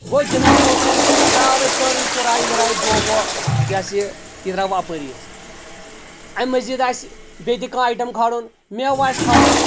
گوٚو جِناب محترم درٛاو اَسہِ سٲرٕے کِراے وِراے دۄہ ووہ یہِ ہسا یہِ یہِ درٛاو اَپٲری اَسہِ اَمہِ مٔزیٖد آسہِ بیٚیہِ تہِ کانٛہہ آیٹم کھارُن میوٕ آسہِ کھارُن